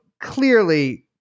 clearly